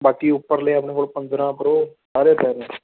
ਬਾਕੀ ਉਪਰਲੇ ਆਪਣੇ ਕੋਲ ਪੰਦਰਾਂ ਪਰੋ ਸਾਰੇ ਪਏ